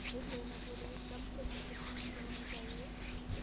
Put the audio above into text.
ऋण लेने के लिए कम से कम कितनी उम्र होनी चाहिए?